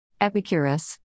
Epicurus